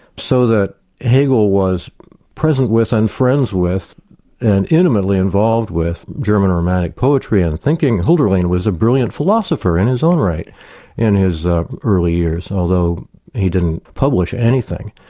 so that hegel was present with and friends with and intimately involved with german romantic poetry and thinking. holderlin was a brilliant philosopher in his own right in his early years, although he didn't publish anything,